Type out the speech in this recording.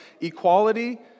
Equality